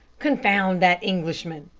confound that englishman,